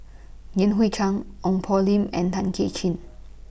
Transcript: Yan Hui Chang Ong Poh Lim and Tay Kay Chin